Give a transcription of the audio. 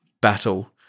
battle